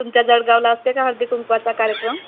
तुमच्या जळगावला असते का हळदी कुंकवाचा कार्यक्रम